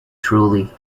truly